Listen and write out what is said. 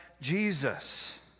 Jesus